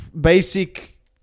basic